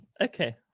Okay